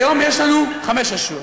היום יש לנו חמש רשויות: